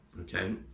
okay